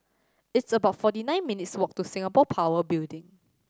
it's about forty nine minutes' walk to Singapore Power Building